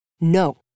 No